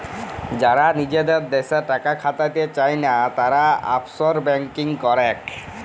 যারা লিজের দ্যাশে টাকা খাটাতে চায়না, তারা অফশোর ব্যাঙ্কিং করেক